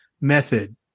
method